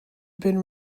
been